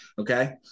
Okay